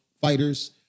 fighters